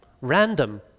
random